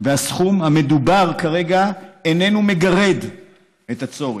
והסכום המדובר כרגע איננו מגרד את הצורך.